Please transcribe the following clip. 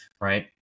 right